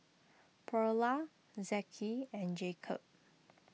Pearla Zeke and Jakob